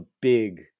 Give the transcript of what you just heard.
big